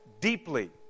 deeply